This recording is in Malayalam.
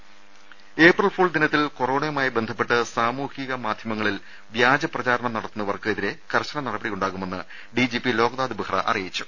രുമ ഏപ്രിൽ ഫൂൾ ദിനത്തിൽ കൊറോണയുമായി ബന്ധപ്പെട്ട് സാമൂഹിക മാധ്യമങ്ങളിൽ വ്യാജ പ്രചാരണം നടത്തുന്നവർക്ക് എതിരെ കർശന നടപടിയുണ്ടാകുമെന്ന് ഡിജിപി ലോക്നാഥ് ബഹ്റ അറിയിച്ചു